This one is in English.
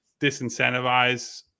disincentivize